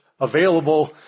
available